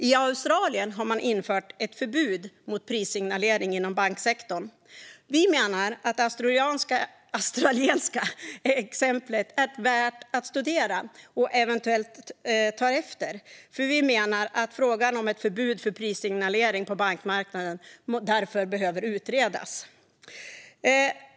I Australien har man infört ett förbud mot prissignalering inom banksektorn. Vi menar att det australiska exemplet är värt att studera och eventuellt ta efter. Därför menar vi att frågan om ett förbud mot prissignalering på bankmarknaden behöver utredas.